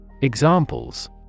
Examples